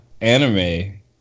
anime